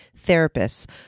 therapists